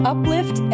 Uplift